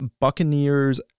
Buccaneers